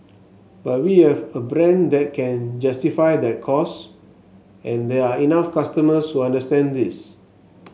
but we have a brand that can justify that cost and there are enough customers who understand this